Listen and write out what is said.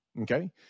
Okay